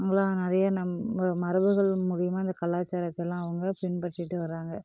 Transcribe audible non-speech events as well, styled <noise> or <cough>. <unintelligible> நிறையா நம்ப மரபுகள் மூலிமா இந்த கலாச்சாரத்தெல்லாம் அவங்க பின்பற்றிகிட்டு வராங்க